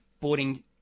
boarding